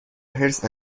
حرص